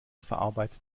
verarbeitet